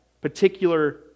particular